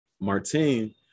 martine